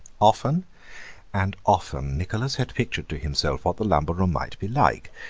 often and often nicholas had pictured to himself what the lumber-room might be like,